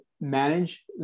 manage